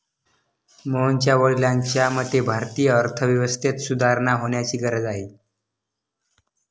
मोहनच्या वडिलांच्या मते, भारतीय अर्थव्यवस्थेत सुधारणा होण्याची गरज आहे